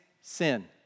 sin